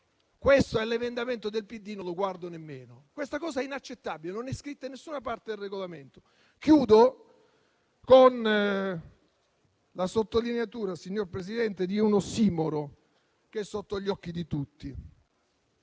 questo è l'emendamento del PD, non lo guardo nemmeno. Questa cosa è inaccettabile e non è scritta in nessuna parte del Regolamento. Chiudo, signor Presidente, con la sottolineatura di un ossimoro che è sotto gli occhi di tutti: